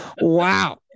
Wow